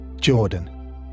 Jordan